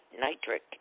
nitric